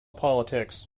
politics